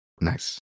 Nice